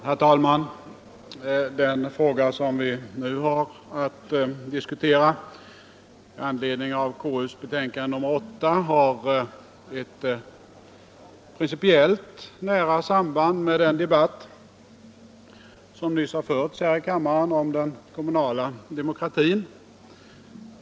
Herr talman! Den fråga som vi nu har att diskutera med anledning av konstitutionsutskottets betänkande nr 8 har ett principiellt nära samband med den debatt som nyss har förts här i kammaren om den kommunala demokratin.